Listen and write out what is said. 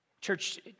Church